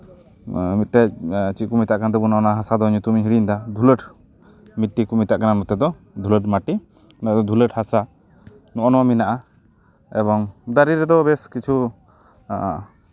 ᱢᱤᱫᱴᱮᱱ ᱪᱮᱫ ᱠᱚ ᱢᱮᱛᱟᱜ ᱠᱟᱱ ᱛᱟᱵᱚᱱᱟ ᱚᱱᱟ ᱦᱟᱥᱟ ᱫᱚ ᱧᱩᱛᱩᱢᱤᱧ ᱦᱤᱲᱤᱧᱫᱟ ᱫᱷᱩᱞᱟᱹᱴ ᱢᱤᱴᱴᱤ ᱠᱚ ᱢᱮᱛᱟᱜ ᱠᱟᱱᱟ ᱱᱚᱛᱮ ᱫᱚ ᱫᱷᱩᱞᱟᱹᱴ ᱢᱟᱹᱴᱤ ᱱᱚᱣᱟ ᱫᱚ ᱫᱷᱩᱞᱟᱹᱴ ᱦᱟᱥᱟ ᱱᱚᱜᱼᱱᱟ ᱢᱮᱱᱟᱜᱼᱟ ᱮᱵᱚᱝ ᱫᱟᱨᱮ ᱨᱮᱫᱚ ᱵᱮᱥ ᱠᱤᱪᱷᱩ